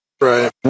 Right